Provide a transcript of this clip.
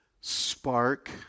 spark